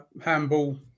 handball